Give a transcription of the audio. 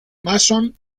mason